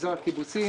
במגזר הקיבוצים,